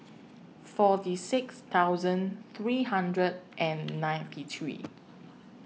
forty six thousand three hundred and ninety three